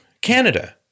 Canada